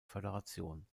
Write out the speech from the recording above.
föderation